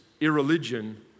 irreligion